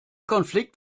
konflikt